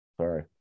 Sorry